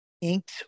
inked